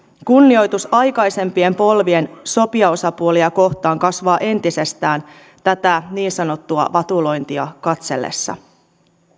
kunnioitus aikaisempien polvien sopijaosapuolia kohtaan kasvaa entisestään tätä niin sanottua vatulointia katsellessa